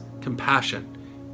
compassion